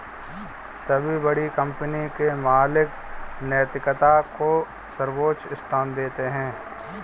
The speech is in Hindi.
सभी बड़ी कंपनी के मालिक नैतिकता को सर्वोच्च स्थान देते हैं